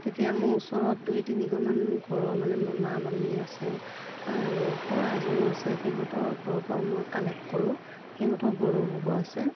তেতিয়া মোৰ ওচৰত দুই তিনিঘৰমান ঘৰৰ মানে মামা মামী আছে আৰু খুৰা এজনো আছে সিহঁতৰ ঘৰৰ পৰাও মই কালেক কৰোঁ সিহঁতৰ গৰু গোবৰ আছে